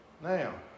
Now